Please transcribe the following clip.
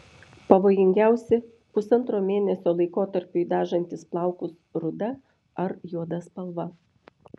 pavojingiausi pusantro mėnesio laikotarpiui dažantys plaukus ruda ar juoda spalva